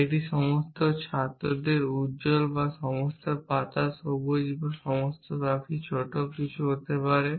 এটি সমস্ত ছাত্রদের উজ্জ্বল বা সমস্ত পাতা সবুজ বা সমস্ত পাখি ছোট কিছু হতে পারে